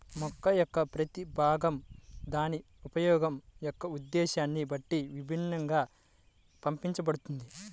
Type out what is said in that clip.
మొక్క యొక్క ప్రతి భాగం దాని ఉపయోగం యొక్క ఉద్దేశ్యాన్ని బట్టి విభిన్నంగా పండించబడుతుంది